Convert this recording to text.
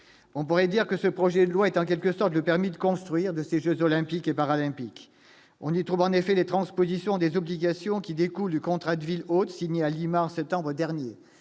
on pourrait dire que ce projet de loi est en quelque sorte de permis de construire, de ces Jeux olympiques et paralympiques, on y trouve en effet les transpositions des obligations qui découlent du contrat de ville hôte signé à Lima, en septembre dernier,